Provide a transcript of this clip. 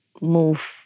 move